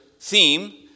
theme